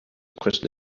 crystal